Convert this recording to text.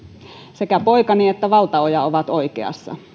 sekä poikani että valtaoja ovat oikeassa